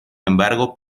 embargo